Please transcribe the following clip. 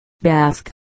Basque